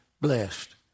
blessed